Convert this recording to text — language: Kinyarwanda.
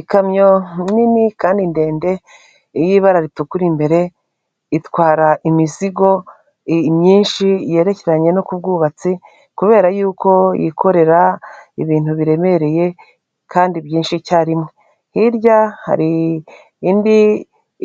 Ikamyo nini kandi ndende y'ibara ritukura imbere, itwara imizigo myinshi yerekeranye no ku bwubatsi kubera yuko yikorera ibintu biremereye kandi byinshi icyarimwe, hirya hari indi